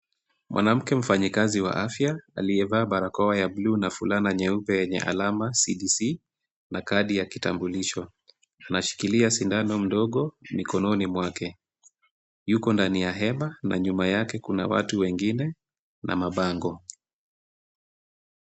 Mwanamke mfanyikazi wa afya, aliyevaa barakoa ya buluu na fulana nyeupe yenye alama CDC na kadi ya kitambulisho. Anashikilia sindano ndogo mikononi mwake. Yuko ndani ya hema na nyuma yake kuna watu wengine na mabango.